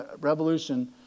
revolution